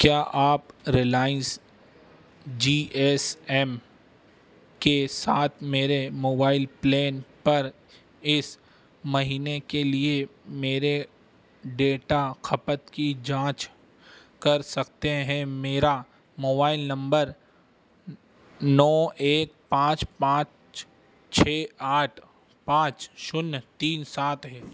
क्या आप Reliance G S M के साथ मेरे मोबाइल प्लेन पर इस महीने के लिए मेरे डेटा खपत की जाँच कर सकते हैं मेरा मोबाइल नंबर नौ एक पाँच पाँच छः आठ पाँच शून्य तीन सात है